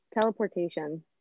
Teleportation